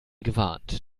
gewarnt